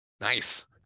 Nice